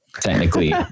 technically